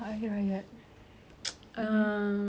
awak jawab dulu saya kena fikir I'm a foodie